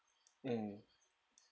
mm